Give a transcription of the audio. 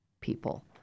people